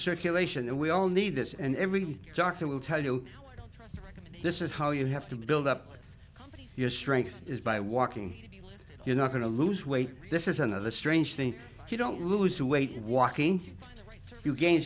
circulation and we all need this and every doctor will tell you this is how you have to build up your strength is by walking you're not going to lose weight this is another strange thing if you don't lose weight walking you gain